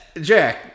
Jack